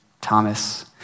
Thomas